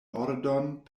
ordon